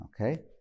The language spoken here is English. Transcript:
Okay